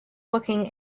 looking